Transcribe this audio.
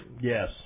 Yes